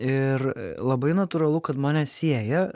ir labai natūralu kad mane sieja